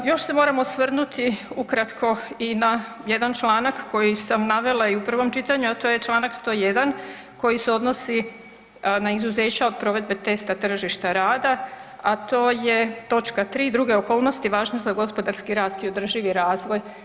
Još se moram osvrnuti ukratko i na jedan članak koji sam navela i u prvom čitanju, a to je Članak 101. koji se odnosni na izuzeća od provedbe testa tržišta rada, a to je točka 3. druge okolnosti važne za gospodarski rast i održivi razvoj.